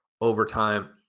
overtime